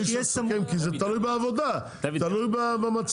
אי אפשר לסכם כי זה תלוי בעבודה, תלוי במצב.